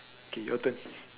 K your turn